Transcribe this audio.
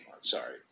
sorry